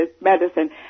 medicine